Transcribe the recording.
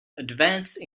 advanced